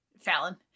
Fallon